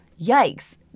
Yikes